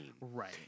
Right